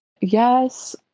Yes